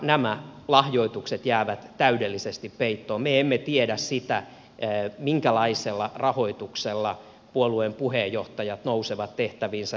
nämä lahjoitukset jäävät täydellisesti peittoon me emme tiedä sitä minkälaisella rahoituksella puolueen puheenjohtajat nousevat tehtäviinsä